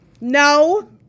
No